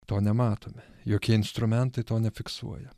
to nematome jokie instrumentai to nefiksuoja